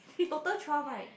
total twelve right